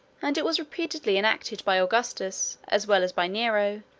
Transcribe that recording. and it was repeatedly enacted by augustus, as well as by nero,